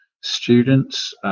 students